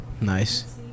Nice